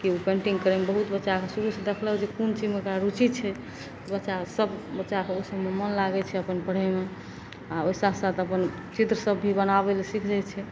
की उ पेंटिंग करय मे बहुत बच्चाके शुरूसँ देखलहुँ जे कोन चीजमे ओकरा रूचि छै बच्चाके सब बच्चाके ओइ सबमे मोन लागय छै अपन पढ़यमे आओर ओइ साथ साथ अपन चित्र सब भी बनाबय लए सीख जाइ छै